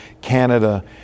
Canada